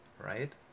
right